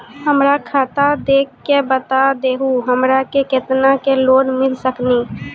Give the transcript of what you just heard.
हमरा खाता देख के बता देहु हमरा के केतना के लोन मिल सकनी?